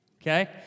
Okay